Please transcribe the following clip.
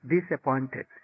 disappointed